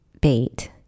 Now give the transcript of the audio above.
bait